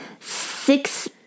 six